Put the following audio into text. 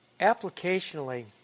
Applicationally